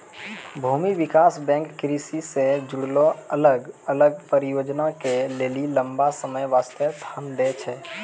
भूमि विकास बैंक कृषि से जुड़लो अलग अलग परियोजना के लेली लंबा समय बास्ते धन दै छै